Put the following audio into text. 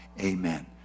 amen